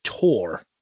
tour